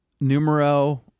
Numero